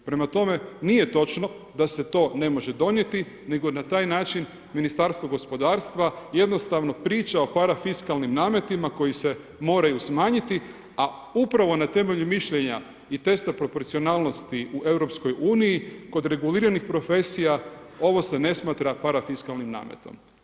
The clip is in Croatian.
Prema tome, nije točno da se to ne može donijeti nego na taj način Ministarstvo gospodarstva jednostavno priča o parafiskalnim nametima koji se moraju smanjiti a upravo na temelju mišljenja i testa proporcionalnosti u EU-u, kod reguliranih profesija, ovo se ne smatra parafiskalnim nametom.